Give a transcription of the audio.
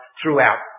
throughout